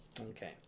Okay